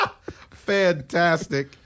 Fantastic